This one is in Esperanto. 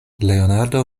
leonardo